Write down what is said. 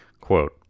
Quote